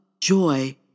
joy